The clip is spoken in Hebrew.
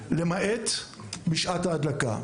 למעט בשעת ההדלקה.